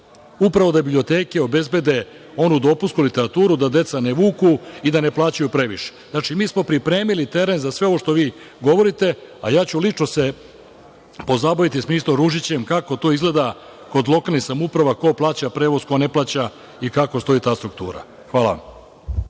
upravo da biblioteke obezbede onu dopunsku literaturu i da deca ne vuku i ne plaćaju previše. Mi smo pripremili teren za sve ovo što vi govorite, a ja ću se lično pozabaviti sa ministrom Ružićem, kako to izgleda kod lokalnih samouprava ko plaća prevoz, a ko ne plaća i kako stoji ta struktura. Hvala.